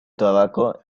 tabaco